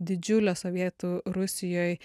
didžiulę sovietų rusijoj